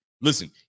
Listen